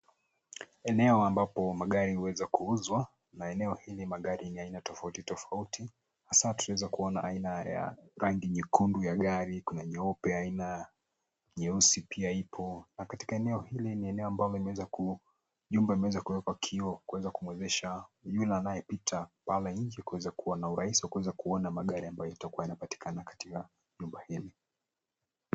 Eneo ambapo magari huweza kuuzwa. Na eneo hili magari ni ya aina tofauti tofauti. Hasa tunaweza kuona aina rangi nyekundu ya gari, kuna nyeupe, aina nyeusi pia ipo. Na katika eneo hili ni eneo ambapo jumba imeweza kuwekwa kioo, kuweza kumwezesha yule anaye pita pale nje kuweza kuwa na urahisi kuweza kuona magari ambayo itakuwa inapatikana katika jumba hili.